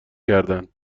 کردند